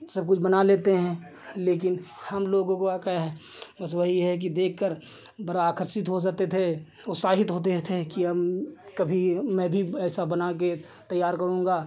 सबकुछ बना लेते हैं लेकिन हमलोगों को क्या है बस वही है कि देखकर बड़ा आकर्षित हो जाते थे उत्साहित होते थे कि कभी मैं भी ऐसा बनाकर तैयार करूँगा